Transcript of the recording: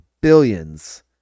billions